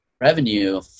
revenue